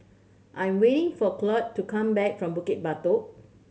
I'm waiting for Cloyd to come back from Bukit Batok